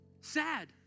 sad